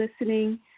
listening